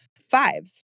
fives